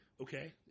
Okay